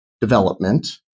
development